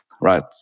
right